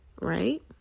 Right